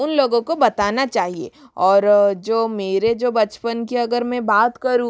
उन लोगों को बताना चाहिए और जो मेरे जो बचपन की अगर मैं बात करूँ